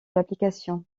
l’application